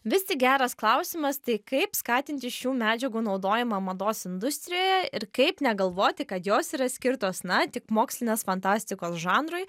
vis tik geras klausimas tai kaip skatinti šių medžiagų naudojimą mados industrijoje ir kaip negalvoti kad jos yra skirtos na tik mokslinės fantastikos žanrui